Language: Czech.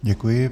Děkuji.